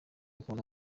ukuntu